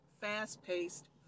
fast-paced